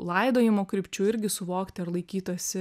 laidojimo krypčių irgi suvokti ar laikytasi